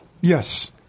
yes